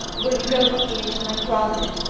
will you go with me into my closet,